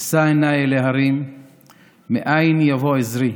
אשא עינַי אל ההרים מאין יבוא עזרי.